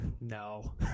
No